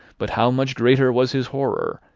but how much greater was his horror,